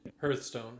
Hearthstone